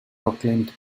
proclaimed